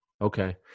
Okay